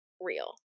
real